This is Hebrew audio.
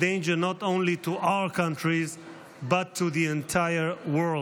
danger not only to our countries but to the entire world.